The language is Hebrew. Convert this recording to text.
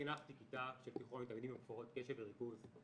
חינכתי כיתה תיכונית של תלמידים עם הפרעות קשב וריכוז.